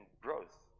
growth